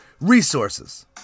Resources